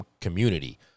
community